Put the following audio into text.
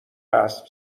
اسب